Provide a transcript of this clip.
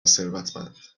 ثروتمند